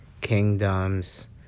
kingdoms